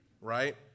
right